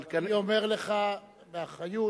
אני אומר לך באחריות.